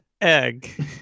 egg